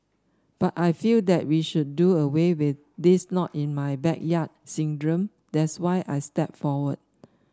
but I feel that we should do away with this not in my backyard syndrome that's why I stepped forward